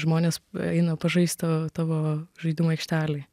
žmonės eina pažaist tavo žaidimų aikštelėj